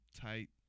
tight